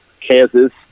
Kansas